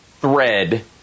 thread